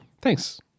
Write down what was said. thanks